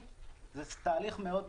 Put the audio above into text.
אני לא יודע אם הוא יפגע או לא,